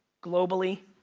globally,